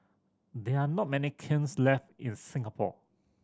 there are not many kilns left in Singapore